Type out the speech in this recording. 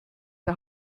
der